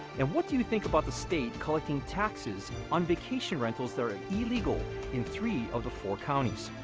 and what do you think about the state collecting taxes on vacation rentals that are illegal in three of the four counties?